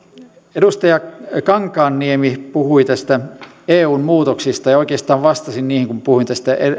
edustaja kankaanniemi puhui näistä eun muutoksista oikeastaan vastasin niihin kun puhuin tästä